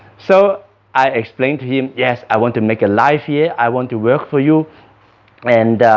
so i explained to him. yes. i want to make a life here. i want to work for you and